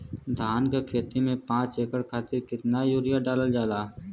धान क खेती में पांच एकड़ खातिर कितना यूरिया डालल जाला?